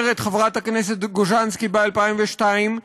אומרת חברת הכנסת גוז'נסקי ב-2002,